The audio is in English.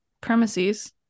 premises